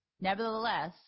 Nevertheless